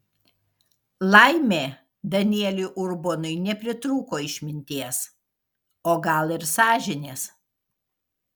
laimė danieliui urbonui nepritrūko išminties o gal ir sąžinės